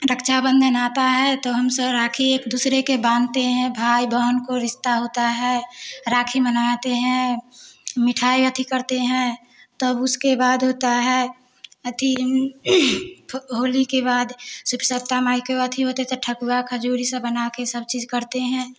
रक्षाबंधन आता है तो हम सब राखी एक दूसरे के बांधते हैं भाई बहन को रिश्ता होता है राखी मनाते हैं मिठाई अथि करते हैं तब उसके बाद होता है अथि होली के बाद ही होता तो ठकुआ खजूर इ सब बनाके सब चीज़ करते हैं